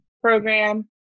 program